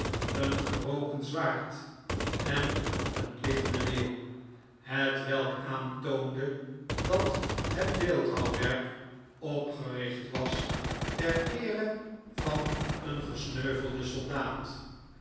een gebroken zwaard en een liggenden leeuw hetwelk aantoonde dat het beeldhouwwerk opgericht was ter eere van een gesneuvelden soldaat